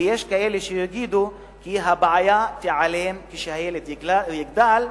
ויש כאלה שיגידו כי הבעיה תיעלם כשהילד יגדל,